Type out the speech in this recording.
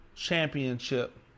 championship